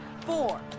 four